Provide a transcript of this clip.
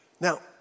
Now